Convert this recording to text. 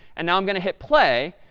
and now i'm going to hit play.